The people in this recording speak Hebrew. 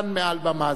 מעל במה זו: